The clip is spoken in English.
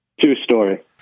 two-story